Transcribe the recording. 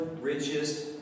richest